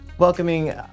Welcoming